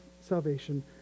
salvation